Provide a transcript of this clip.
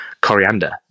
coriander